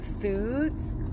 foods